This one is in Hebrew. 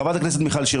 חברת הכנסת מיכל שיר,